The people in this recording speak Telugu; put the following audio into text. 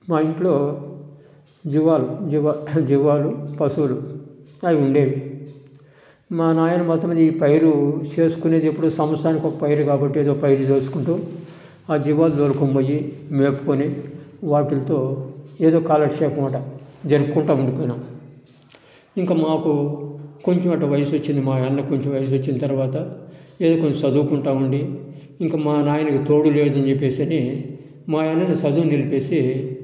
మా ఇంట్లో జీవాలు జీవా జీవాలు పశువులు అవి ఉండేవి మా నాయన మొత్తం మీద ఈ పైరు వేసుకునేది ఎప్పుడూ సంవత్సరానికి ఒక పైరు కాబట్టి ఏదో పైరు చేసుకుంటూ ఆ జీవాలను తోలుకొని పోయి మేపుకొని వాటిలతో ఏదో కాలక్షేపం అట జరుపుకుంటా ఉంటాం ఇంక మాకు కొంచెం వయసు వచ్చింది మా అన్నకు కొంచెం వయసు వచ్చిన తర్వాత ఏదో కొంచెం చదువుకుంటా ఉండి ఇంకా మా నాయనకి తోడు లేదు చెప్పేసి అని మా అన్నని చదువు నిలిపేసి